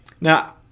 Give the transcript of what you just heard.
Now